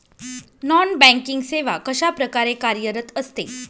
Non banking सेवा कशाप्रकारे कार्यरत असते?